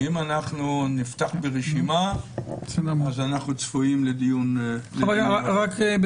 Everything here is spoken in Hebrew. אם אנחנו נפתח ברשימה אז אנחנו צפויים לדיון --- אני רק אומר